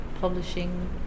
publishing